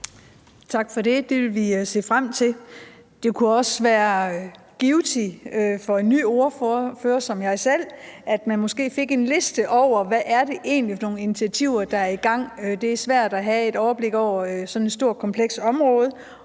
Tak for det. Det vil vi se frem til. Det kunne også være givtigt for en ny ordfører som mig selv, at man måske fik en liste over, hvad det egentlig er for initiativer, der er sat i gang. Det er svært at have et overblik over sådan et stort, komplekst område.